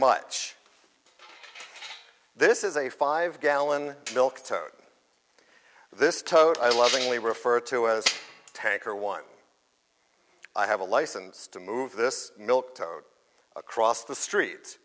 much this is a five gallon milk tote this total i lovingly refer to as tanker one i have a license to move this milk tote across the street